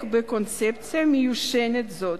בקונספציה מיושנת זאת.